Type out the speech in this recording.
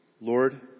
Lord